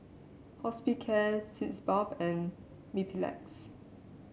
Hospicare Sitz Bath and Mepilex